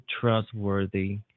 trustworthy